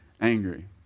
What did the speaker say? angry